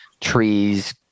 trees